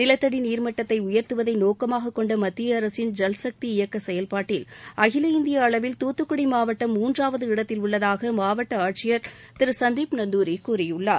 நிலத்தடி நீர்மட்டத்தை உயர்த்துவதை நோக்கமாக கொண்ட மத்திய அரசின் ஜல்சக்தி இயக்க செயல்பாட்டில் அகில இந்திய அளவில் தூத்துக்குடி மாவட்டம் மூன்றாவது இடத்தில் உள்ளதாக மாவட்ட ஆட்சியர் திரு சந்தீப் நந்தூரி கூறியுள்ளார்